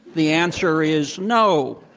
the answer is no.